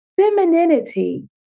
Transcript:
Femininity